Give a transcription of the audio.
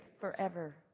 forever